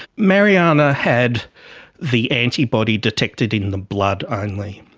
mariana had the antibody detected in in the blood only.